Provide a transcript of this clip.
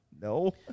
no